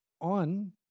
on